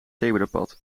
zebrapad